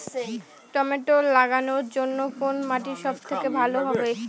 Tomato লাগানোর জন্যে কোন মাটি সব থেকে ভালো হবে?